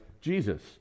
Jesus